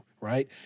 Right